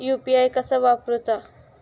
UPI कसा वापरूचा?